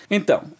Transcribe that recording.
Então